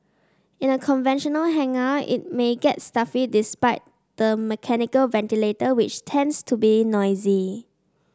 in a conventional hangar it may get stuffy despite the mechanical ventilator which tends to be noisy